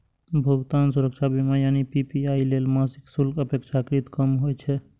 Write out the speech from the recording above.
भुगतान सुरक्षा बीमा यानी पी.पी.आई लेल मासिक शुल्क अपेक्षाकृत कम होइ छै